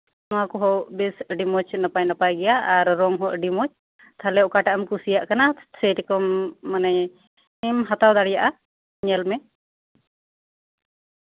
ᱱᱚᱣᱟ ᱠᱚᱸᱦᱚ ᱵᱮᱥ ᱟᱹᱰᱤ ᱢᱚᱸᱡ ᱱᱟᱯᱟᱭ ᱱᱟᱯᱟᱭ ᱜᱮᱭᱟ ᱨᱚᱝ ᱦᱚᱸ ᱟᱹᱰᱤ ᱢᱚᱸᱡ ᱛᱟᱦᱞᱮ ᱚᱠᱟᱴᱟᱜ ᱮᱢ ᱠᱩᱥᱤᱭᱟᱜ ᱠᱟᱱᱟ ᱥᱮᱨᱚᱢ ᱢᱟᱱᱮᱢ ᱦᱟᱛᱟᱣ ᱫᱟᱲᱮᱭᱟᱜᱼᱟ ᱧᱮᱞ ᱢᱮ